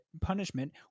Punishment